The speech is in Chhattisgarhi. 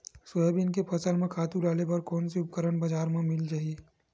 सोयाबीन के फसल म खातु डाले बर कोन से उपकरण बजार म मिल जाहि?